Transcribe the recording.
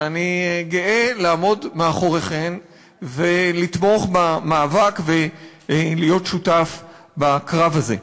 ואני גאה לעמוד מאחוריכן ולתמוך במאבק ולהיות שותף בקרב הזה.